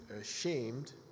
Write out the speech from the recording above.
ashamed